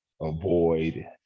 avoid